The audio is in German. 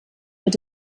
wird